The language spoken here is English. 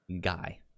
guy